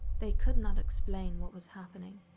they could not explain what was happening.